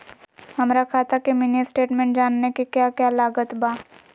हमरा खाता के मिनी स्टेटमेंट जानने के क्या क्या लागत बा?